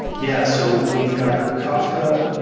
yeah. so we've got kafka,